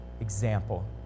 example